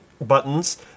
buttons